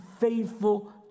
faithful